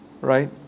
right